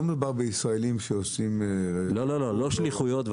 לא שליחויות.